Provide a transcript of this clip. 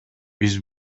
биз